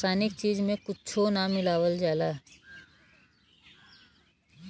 रासायनिक चीज में कुच्छो ना मिलावल जाला